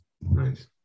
Nice